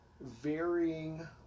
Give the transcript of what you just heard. varying